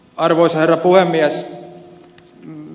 arvoisa herra puhemies